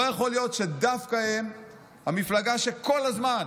לא יכול להיות שדווקא הם המפלגה שכל הזמן